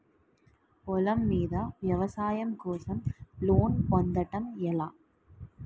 పొలం మీద వ్యవసాయం కోసం లోన్ పొందటం ఎలా?